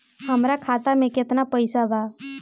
हमरा खाता में केतना पइसा बा?